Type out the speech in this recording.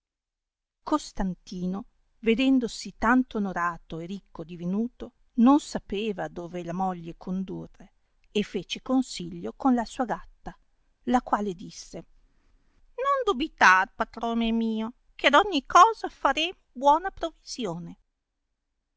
costantino vedendosi tanto onorato e ricco divenuto non sapeva dove la moglie condurre e fece consiglio con la sua gatta la quale disse non dubitar patrone mio che ad ogni cosa faremo buona provisione